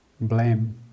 blame